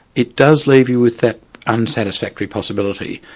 it does leave you with that unsatisfactory possibility,